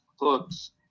hooks